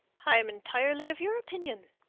i am entirely of your opinion.